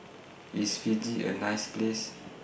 IS Fiji A nice Place